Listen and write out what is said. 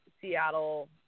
Seattle